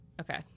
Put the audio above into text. okay